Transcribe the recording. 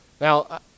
now